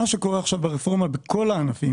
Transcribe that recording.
מה שקורה עכשיו ברפורמה זה שבכל הענפים